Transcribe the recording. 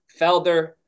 Felder